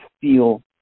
feel